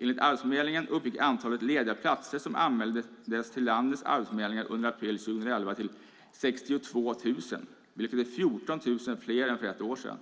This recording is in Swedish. Enligt Arbetsförmedlingen uppgick antalet lediga platser som anmäldes till landets arbetsförmedlingar under april 2011 till 62 000, vilket är 14 000 fler än för ett år sedan.